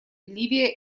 ливия